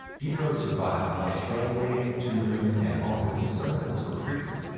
diderot survived by translating, tutoring, and authoring sermons for priests,